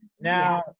now